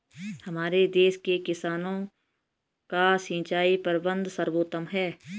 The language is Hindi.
हमारे देश के किसानों का सिंचाई प्रबंधन सर्वोत्तम है